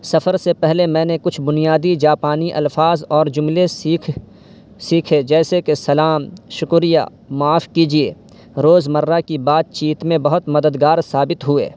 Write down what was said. سفر سے پہلے میں نے کچھ بنیادی جاپانی الفاظ اور جملے سیکھ سیکھے جیسے کہ سلام شکریہ معاف کیجیے روزمرہ کی بات چیت میں بہت مددگار ثابت ہوئے